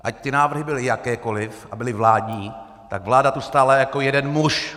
Ať ty návrhy byly jakékoli a byly vládní, tak vláda tu stála jako jeden muž.